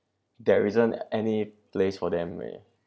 there isn't any place for them meh